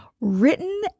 written